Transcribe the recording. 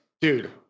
Dude